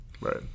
Right